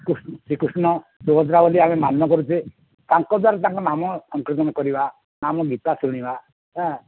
ଶ୍ରୀକୃଷ୍ଣ ସୁଭଦ୍ରା ବୋଲି ଆମେ ମାନ୍ୟ କରୁଛେ ତାଙ୍କ ଦ୍ୱାରା ତାଙ୍କ ନାମ ସଂକୀର୍ତ୍ତନ କରିବା ଆମ ଗୀତା ଶୁଣିବା ହାଁ